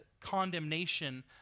condemnation